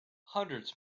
hundreds